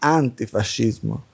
antifascismo